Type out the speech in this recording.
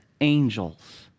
angels